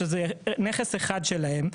שזה נכס אחד שלהם,